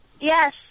Yes